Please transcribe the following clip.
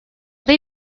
they